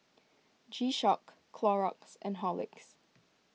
G Shock Clorox and Horlicks